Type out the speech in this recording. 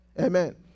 Amen